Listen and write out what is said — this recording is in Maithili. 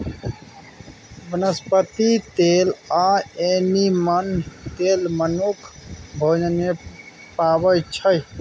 बनस्पति तेल आ एनिमल तेल मनुख भोजन मे पाबै छै